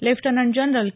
lieutenant general K